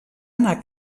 anar